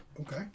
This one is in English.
Okay